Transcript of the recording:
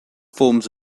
forms